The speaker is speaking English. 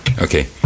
Okay